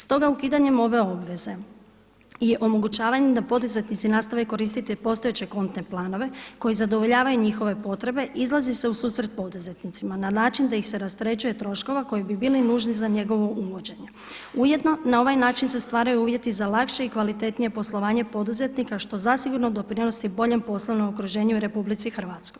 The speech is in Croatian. Stoga ukidanjem ove obveze i omogućavanjem da poduzetnici nastave koristiti postojeće kontne planove koji zadovoljavaju njihove potrebe izlazi se u susret poduzetnicima na način da ih se rasterećuje troškova koji bi bili nužni za njegovu uvođenje, ujedno na ovaj način se stvaraju uvjeti za lakše i kvalitetnije poslovanje poduzetnika što zasigurno doprinosio boljem poslovnom okruženju u RH.